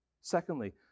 Secondly